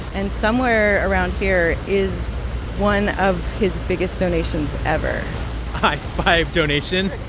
and somewhere around here is one of his biggest donations ever i spy a donation?